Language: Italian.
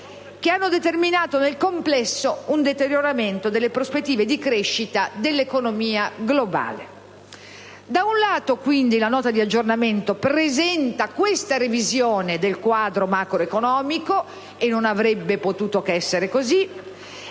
hanno determinato, nel complesso, un deterioramento delle prospettive di crescita dell'economia globale. Da un lato, quindi, la Nota di aggiornamento presenta questa revisione del quadro macroeconomico - e non avrebbe potuto che essere così